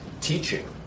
teaching